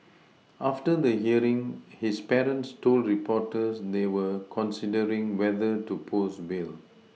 after the hearing his parents told reporters they were considering whether to post bail